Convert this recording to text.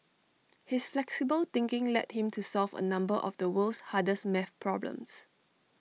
his flexible thinking led him to solve A number of the world's hardest math problems